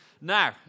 Now